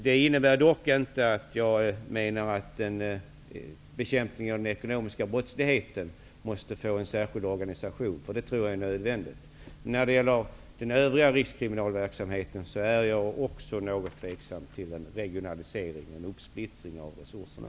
Det innebär dock inte att jag menar att bekämpningen av den ekonomiska brottsligheten inte måste få en särskild organisation. Det tror jag är nödvändigt. När det gäller den övriga rikskriminalverksamheten är jag också något tveksam till en regionalisering och en uppsplittring av resurserna.